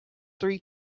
three